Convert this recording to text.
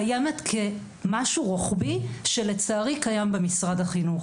קיימת כמשהו רוחבי שלצערי קיים במשרד החינוך.